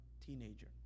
teenager